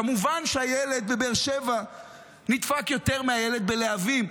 כמובן שהילד בבאר שבע נדפק יותר מהילד בלהבים.